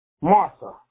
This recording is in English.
Martha